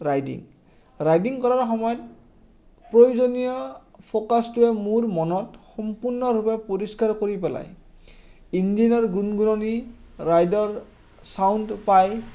riding riding কৰাৰ সময়ত প্ৰয়োজনীয় ফকাচটোৱে মোৰ মনত সম্পূৰ্ণৰূপে পৰিষ্কাৰ কৰি পেলায় ইঞ্জিনৰ গুণগুণনি ৰাইডৰ ছাউণ্ড পায়